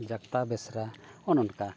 ᱡᱟᱴᱟ ᱵᱮᱥᱨᱟ ᱚᱱ ᱚᱱᱠᱟ